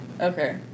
Okay